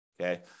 okay